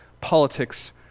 politics